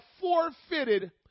forfeited